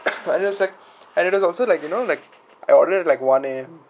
I just like and then also like you know like I ordered like one eh